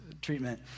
treatment